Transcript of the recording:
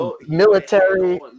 military